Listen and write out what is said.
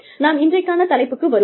நாம் இன்றைக்கான தலைப்புக்கு வருவோம்